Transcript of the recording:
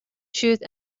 truth